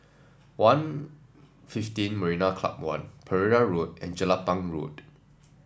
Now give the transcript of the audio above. One Fifteen Marina Club One Pereira Road and Jelapang Road